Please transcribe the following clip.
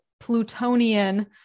Plutonian